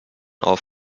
auf